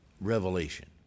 Revelation